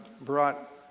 brought